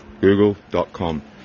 google.com